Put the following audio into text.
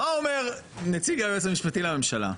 מה אומר נציג היועץ המשפטי לממשלה?